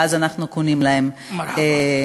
ואנחנו קונים להם קולה,